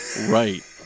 right